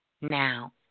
now